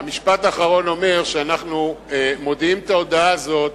המשפט האחרון אומר שאנחנו מודיעים את ההודעה הזאת,